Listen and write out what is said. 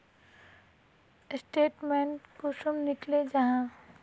Statement कुंसम निकले जाहा?